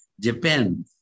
Japan